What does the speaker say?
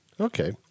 Okay